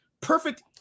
perfect